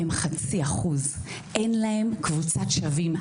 הם 0.5%. אין להם קבוצת שווים.